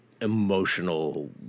emotional